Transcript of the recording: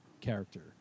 character